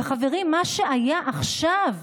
וחברים, מה שהיה עכשיו,